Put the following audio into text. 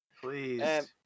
Please